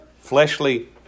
fleshly